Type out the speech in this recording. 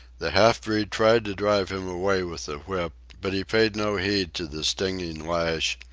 the half-breed tried to drive him away with the whip but he paid no heed to the stinging lash,